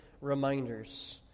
reminders